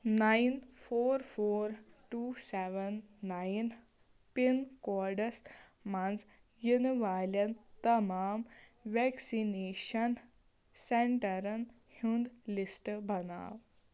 nine four four two seven nine pin کوڈَس منٛز یِنہٕ والٮ۪ن تمام وٮ۪کسِنیشَن سٮ۪نٛٹَرَن ہُنٛد لِسٹ بناو